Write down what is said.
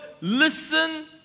listen